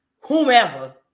Whomever